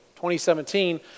2017